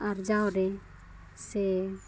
ᱟᱨᱡᱟᱣᱨᱮ ᱥᱮ